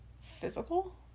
physical